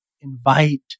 invite